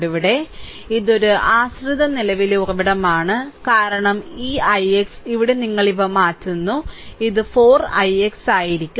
ഇവിടെ ഇത് ഒരു ആശ്രിത നിലവിലെ ഉറവിടമാണ് കാരണം ഈ ix ഇവിടെ നിങ്ങൾ ഇവ മാറ്റുന്നു ഇത് 4 ix ആയിരിക്കും